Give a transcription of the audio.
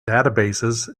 databases